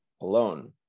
alone